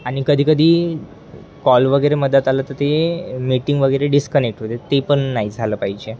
आणि कधीकधी कॉल वगैरे मधत आलं तर ते मीटिंग वगैरे डिस्कनेक्ट होते ते पण नाही झालं पाहिजे